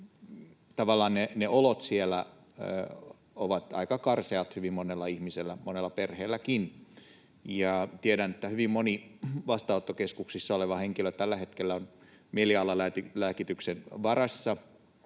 tavallaan ne olot siellä ovat aika karseat hyvin monella ihmisellä, monella perheelläkin. Tiedän, että hyvin moni vastaanottokeskuksissa oleva henkilö tällä hetkellä on mielialalääkityksen varassa.